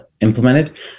implemented